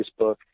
Facebook